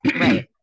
right